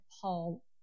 Paul